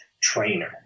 trainer